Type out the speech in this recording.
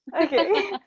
okay